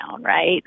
right